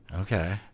Okay